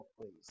please